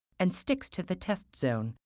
and sticks to the test zone,